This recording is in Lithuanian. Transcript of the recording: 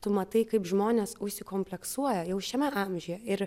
tu matai kaip žmonės užsikompleksuoja jau šiame amžiuje ir